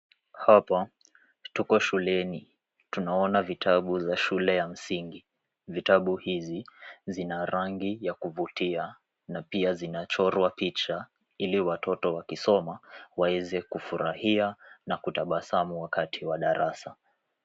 Hapa tuko shuleni, tunaona vitabu za shule ya msingi. Vitabu hizi zina rangi ya kuvutia na pia zinachorwa picha Ili watoto wakisoma, waeze kufurahia na kutabasamu wakati wa darasa.